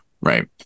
Right